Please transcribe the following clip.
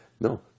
No